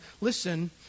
listen